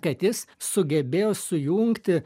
kad jis sugebėjo sujungti